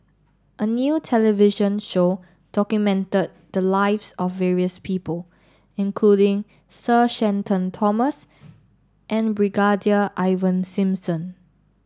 a new television show documented the lives of various people including Sir Shenton Thomas and Brigadier Ivan Simson